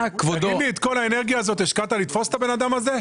את כל האנרגיה הזאת השקעת בתפיסת הבן אדם הזה?